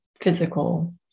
physical